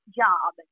job